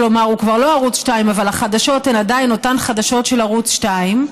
כלומר הוא כבר לא ערוץ 2 אבל החדשות הן עדיין אותן חדשות של ערוץ 2,